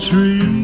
Tree